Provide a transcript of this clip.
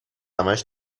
همش